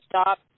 stop